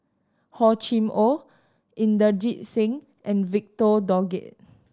Hor Chim Or Inderjit Singh and Victor Doggett